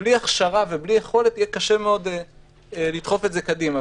בלי הכשרה ובלי יכולת יהיה קשה מאוד לדחוף את זה קדימה.